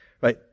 Right